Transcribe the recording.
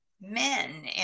men